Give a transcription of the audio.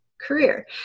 career